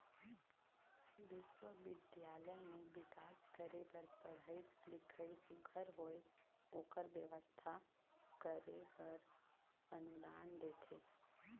बिस्वबिद्यालय में बिकास करे बर पढ़ई लिखई सुग्घर होए ओकर बेवस्था करे बर अनुदान देथे